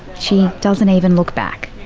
she doesn't even look back.